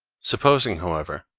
supposing, however,